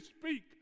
speak